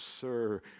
Sir